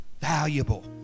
valuable